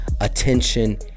attention